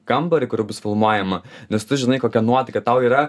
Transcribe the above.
kambarį kur bus filmuojama nes tu žinai kokia nuotaika tau yra